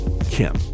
Kim